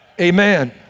Amen